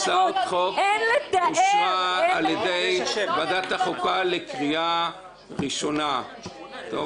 אין הצעת חוק מעמדן של ההסתדרות הציונית העולמית ושל